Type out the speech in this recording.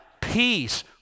peace